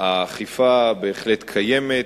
אכיפה בהחלט קיימת,